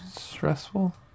Stressful